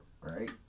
Right